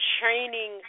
training